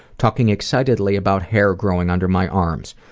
talking excitedly about hair growing under my arms,